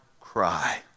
cry